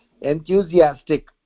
enthusiastic